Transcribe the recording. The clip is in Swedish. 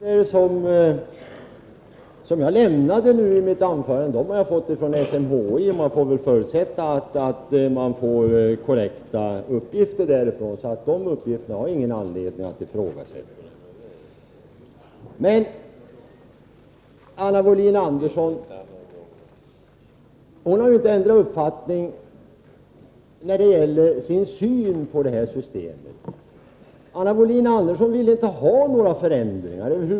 Herr talman! De uppgifter som jag lämnde i mitt anförande nyss har jag fått från SMHI. Jag förutsätter att man får korrekt information från SMHI, så de uppgifterna har jag ingen anledning att ifrågasätta. Anna Wohlin-Andersson har inte ändrat uppfattning när det gäller det här systemet. I själ och hjärta vill hon över huvud taget inte ha några förändringar.